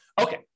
Okay